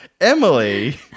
Emily